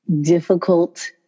difficult